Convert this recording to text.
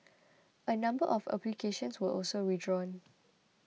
a number of applications were also withdrawn